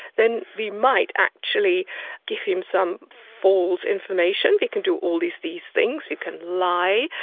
then we might actually give him some false information we can do all these these things, we can lie,